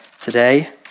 today